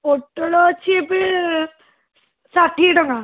ପୋଟଳ ଅଛି ଏବେ ଷାଠିଏ ଟଙ୍କା